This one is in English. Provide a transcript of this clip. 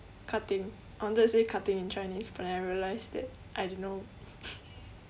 cutting I wanted to say cutting in chinese but then I realised that I don't know